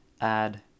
add